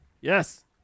Yes